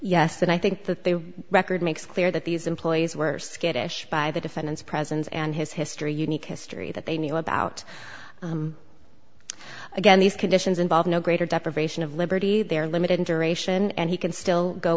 yes and i think that they record makes clear that these employees were skittish by the defendant's presence and his history unique history that they knew about again these conditions involve no greater deprivation of liberty they're limited in duration and he can still go